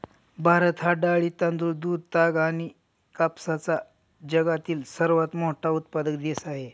भारत हा डाळी, तांदूळ, दूध, ताग आणि कापसाचा जगातील सर्वात मोठा उत्पादक देश आहे